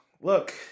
Look